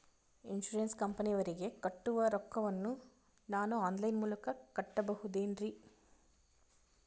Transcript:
Insurance ಕಂಪನಿಯವರಿಗೆ ಕಟ್ಟುವ ರೊಕ್ಕ ವನ್ನು ನಾನು ಆನ್ ಲೈನ್ ಮೂಲಕ ಕಟ್ಟಬಹುದೇನ್ರಿ?